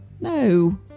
No